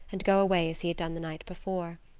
and go away as he had done the night before.